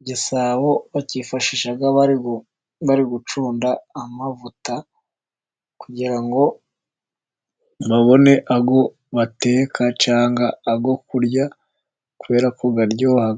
Igisabo bacyifashisha bari gucunda amavuta, kugira ngo babone ayo bateka cyangwa ayo kurya, kubera ko aryoha.